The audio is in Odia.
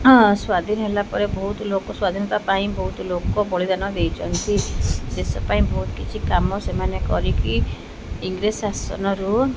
ସ୍ଵାଧୀନ ହେଲା ପରେ ବହୁତ ଲୋକ ସ୍ଵାଧୀନତା ପାଇଁ ବହୁତ ଲୋକ ବଳିଦାନ ଦେଇଛନ୍ତି ଦେଶ ପାଇଁ ବହୁତ କିଛି କାମ ସେମାନେ କରିକି ଇଂରେଜ୍ ଶାସନରୁ